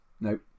Nope